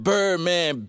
Birdman